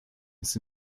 his